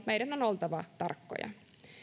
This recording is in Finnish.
meidän on oltava tarkkoja